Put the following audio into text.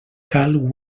cal